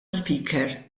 speaker